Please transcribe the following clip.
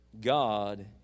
God